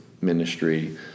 ministry